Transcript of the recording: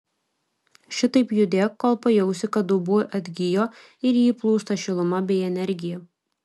šitaip judėk kol pajausi kad dubuo atgijo ir į jį plūsta šiluma bei energija